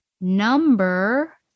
number